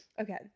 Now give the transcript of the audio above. Okay